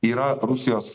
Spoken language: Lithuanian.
yra rusijos